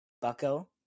Bucko